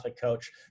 coach